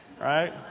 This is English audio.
Right